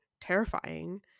terrifying